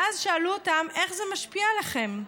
ואז שאלו אותם: איך זה משפיע עליכם?